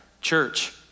church